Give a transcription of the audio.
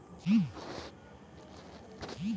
offshore bank में जमा पइसा उ देश क करेंसी होला